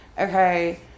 Okay